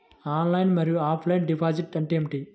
Online మరియు offline deposit అంటే ఏమిటి?